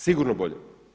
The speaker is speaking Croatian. Sigurno bolje.